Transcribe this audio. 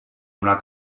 una